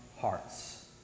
hearts